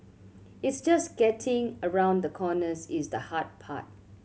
it's just getting around the corners is the hard part